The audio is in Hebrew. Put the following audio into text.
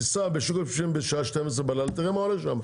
תיסע בשוק הפשפשים בשעה 12 בלילה ותראה מה הולך שם: